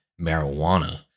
marijuana